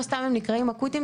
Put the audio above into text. לא סתם הם נקראים אקוטיים,